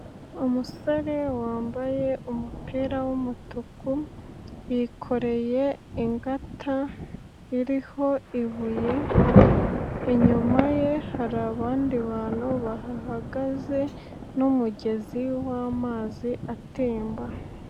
Umusore wambaye umupira w'umutuku, yikoreye ingata iriho ibuye, inyuma ye hari abandi bantu bahahagaze n'umugezi w'amazi atemba.